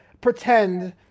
pretend